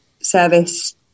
service